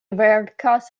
verkas